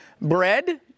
bread